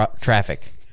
traffic